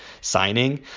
signing